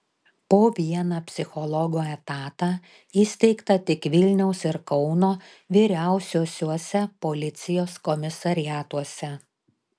po vieną psichologo etatą įsteigta tik vilniaus ir kauno vyriausiuosiuose policijos komisariatuose